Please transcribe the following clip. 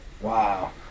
Wow